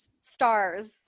stars